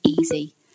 easy